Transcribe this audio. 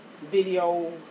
video